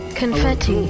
confetti